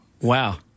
Wow